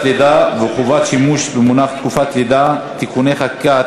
לידה וחובת שימוש במונח תקופת לידה (תיקוני חקיקה),